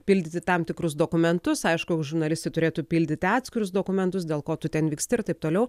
pildyti tam tikrus dokumentus aišku žurnalistai turėtų pildyti atskirus dokumentus dėl ko tu ten vyksti ir taip toliau